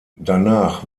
danach